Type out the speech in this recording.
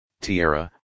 Tierra